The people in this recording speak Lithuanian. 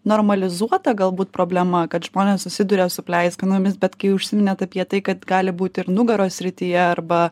normalizuota galbūt problema kad žmonės susiduria su pleiskanomis bet kai užsiminėt apie tai kad gali būt ir nugaros srityje arba